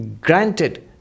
granted